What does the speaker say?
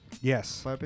yes